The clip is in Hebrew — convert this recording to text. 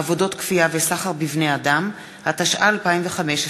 עבודות כפייה וסחר בבני-אדם), התשע"ה 2015,